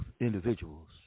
individuals